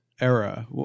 era